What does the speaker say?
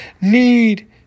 need